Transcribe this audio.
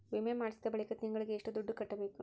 ವಿಮೆ ಮಾಡಿಸಿದ ಬಳಿಕ ತಿಂಗಳಿಗೆ ಎಷ್ಟು ದುಡ್ಡು ಕಟ್ಟಬೇಕು?